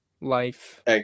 life